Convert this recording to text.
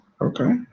Okay